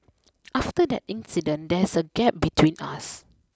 after that incident there's a gap between us